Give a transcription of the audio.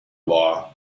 law